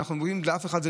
התשאולים.